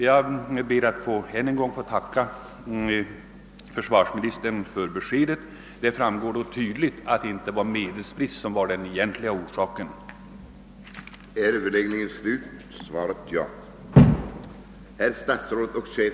Jag ber att än en gång få tacka försvarsministern för beskedet, som tydligt visar att det inte var medelsbrist som var den egentliga orsaken till inställandet av manövern.